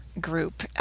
group